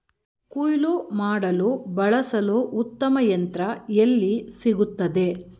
ಕುಯ್ಲು ಮಾಡಲು ಬಳಸಲು ಉತ್ತಮ ಯಂತ್ರ ಎಲ್ಲಿ ಸಿಗುತ್ತದೆ?